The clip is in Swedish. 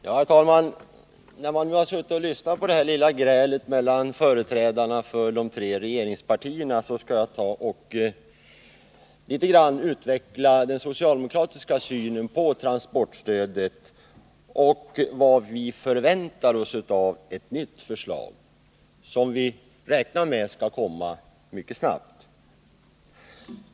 Herr talman! Sedan jag nu lyssnat på det här lilla grälet mellan företrädarna för de tre regeringspartierna skall jag utveckla den socialdemokratiska synen på transportstödet och vad vi förväntar av ett nytt förslag, som vi räknar med skall komma mycket snabbt.